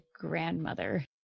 grandmother